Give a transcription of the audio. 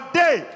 day